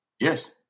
Yes